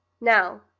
Now